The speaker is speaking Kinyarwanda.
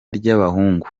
ry’abahungu